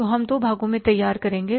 तो हम दो भागों में तैयार करेंगे